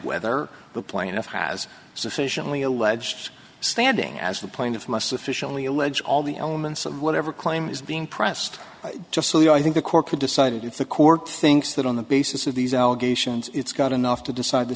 whether the plaintiff has sufficiently alleged standing as the plaintiff must sufficiently allege all the elements of whatever claim is being pressed just so i think the court could decide if the court thinks that on the basis of these allegations it's got enough to decide t